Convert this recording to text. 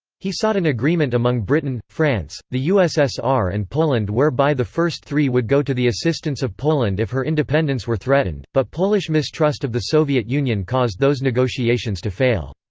he sought an agreement among britain, france, the ussr and poland whereby the first three would go to the assistance of poland if her independence were threatened, but polish mistrust of the soviet union caused those negotiations to fail.